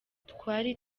twari